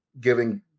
giving